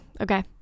Okay